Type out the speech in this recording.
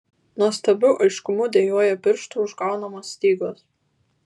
nuostabiu aiškumu dejuoja pirštų užgaunamos stygos